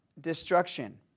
destruction